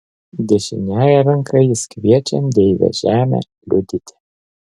dešiniąja ranka jis kviečia deivę žemę liudyti